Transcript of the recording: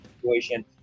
situation